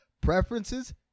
preferences